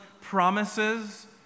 promises